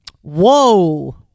Whoa